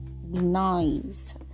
nice